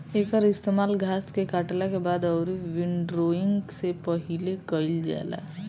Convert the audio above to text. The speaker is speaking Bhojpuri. एकर इस्तेमाल घास के काटला के बाद अउरी विंड्रोइंग से पहिले कईल जाला